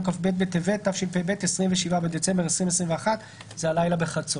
כ"ב בטבת התשפ"ב (27 בדצמבר 2021). זה הלילה בחצות.